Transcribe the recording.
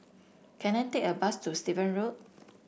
can I take a bus to Steven Road